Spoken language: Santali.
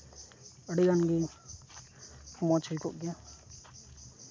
ᱟᱹᱰᱤᱜᱟᱱ ᱜᱮ ᱢᱚᱡᱽ ᱦᱩᱭ ᱠᱚᱜ ᱠᱮᱭᱟ